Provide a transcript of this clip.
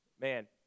man